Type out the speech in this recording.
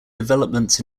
developments